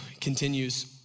continues